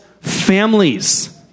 families